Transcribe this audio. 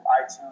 iTunes